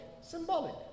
Symbolic